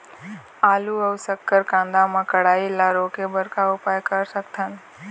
आलू अऊ शक्कर कांदा मा कढ़ाई ला रोके बर का उपाय कर सकथन?